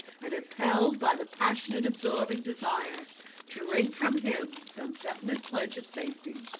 and impelled by the passionate absorbing desire to wring from him some definite pledge of safety.